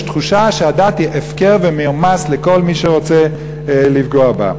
יש תחושה שהדת היא הפקר ומרמס לכל מי שרוצה לפגוע בה.